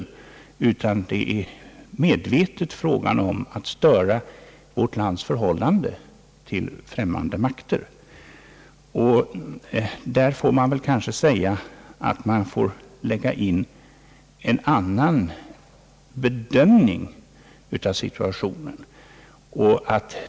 Det är medvetet fråga om att störa vårt lands förhållande till främmande makter, och då får man göra en annan bedömning av situationen.